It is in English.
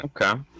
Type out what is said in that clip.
Okay